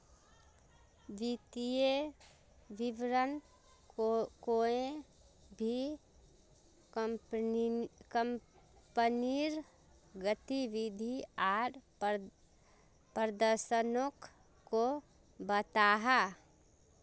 वित्तिय विवरण कोए भी कंपनीर गतिविधि आर प्रदर्शनोक को बताहा